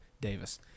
Davis